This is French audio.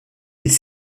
les